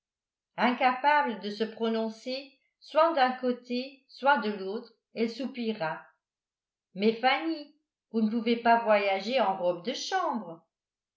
incapable de se prononcer soit d'un côté soit de l'autre elle soupira mais fanny vous ne pouvez pas voyager en robe de chambre